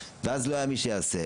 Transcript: ואז לא היה מי שיעשה.